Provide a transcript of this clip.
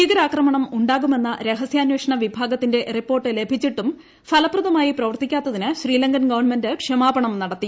ഭീകരാക്രമണം ഉണ്ടാകുമെന്ന രഹസ്യാന്വേഷണ വിഭാഗത്തിന്റെ റിപ്പോർട്ട് ലഭിച്ചിട്ടും ഫലപ്രദമായി പ്രവർത്തിക്കാത്തതിന് ശ്രീലങ്കൻ ഗവൺമെന്റ് ക്ഷമാപണം നടത്തി